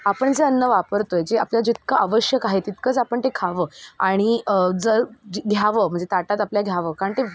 आपण जे अन्न वापरतोय जे आपल्या जितकं आवश्यक आहे तितकंच आपण ते खावं आणि जर जे घ्यावं म्हणजे ताटात आपल्या घ्यावं कारण ते